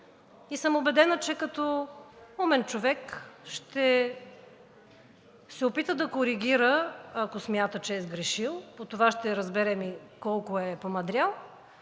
И съм убедена, че като умен човек ще се опита да коригира, ако смята, че е сгрешил, по това ще разберем и колко е помъдрял,